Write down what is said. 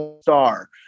star